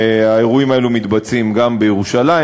האירועים האלו מתבצעים גם בירושלים,